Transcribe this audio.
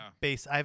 base